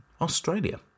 Australia